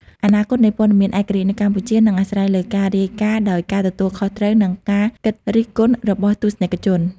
អនាគតនៃព័ត៌មានឯករាជ្យនៅកម្ពុជានឹងអាស្រ័យលើការរាយការណ៍ដោយការទទួលខុសត្រូវ និងការគិតរិះគន់របស់ទស្សនិកជន។